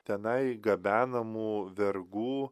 tenai gabenamų vergų